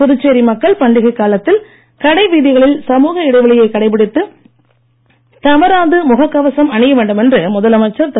புதுச்சேரி மக்கள் பண்டிகைக் காலத்தில் கடை வீதிகளில் சமூக இடைவெளியைக் கடைபிடித்து தவறாது முகக் கவசம் அணியவேண்டும் என்று முதலமைச்சர் திரு